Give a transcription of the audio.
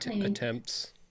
Attempts